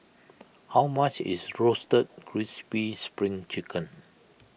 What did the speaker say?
how much is Roasted Crispy Spring Chicken